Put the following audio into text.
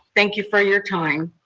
thank you for your time.